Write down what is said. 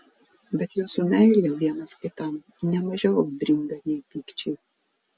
bet jūsų meilė vienas kitam ne mažiau audringa nei pykčiai